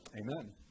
Amen